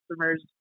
customers